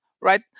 right